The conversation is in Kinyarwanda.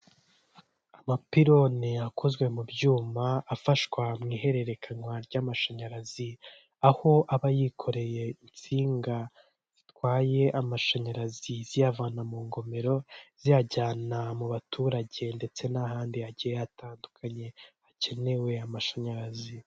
Iyi ni inzu ifite idirishya ndetse n'urugi biri mw ibara ry'umweru, hejuru hakaba hari icyapa cyanditseho amagambo ari mw'ibara ry'ubururu ndetse n'umukara.